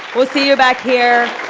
will see you back here